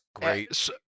great